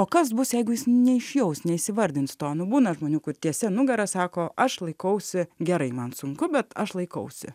o kas bus jeigu jis neišjaus neįsivardins to nu būna žmonių kur tiesia nugara sako aš laikausi gerai man sunku bet aš laikausi